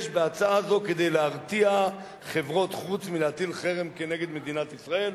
יש בהצעה זו כדי להרתיע חברות חוץ מלהטיל חרם כנגד מדינת ישראל,